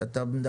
אני קוטע אותך,